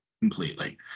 completely